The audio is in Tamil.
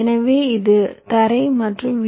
எனவே இது சில தரை மற்றும் வி